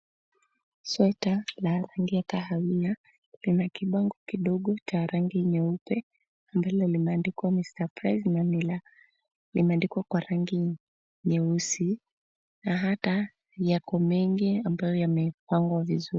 Sweta la rangi ya kahawia lina kibango kidogo cha rangi nyeupe ambalo limeandikwa mr price limeandikwa kwa rangi nyeusi na hata yako mengi ambayo yamepangwa vizuri.